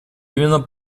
именно